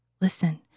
Listen